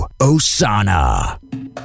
Osana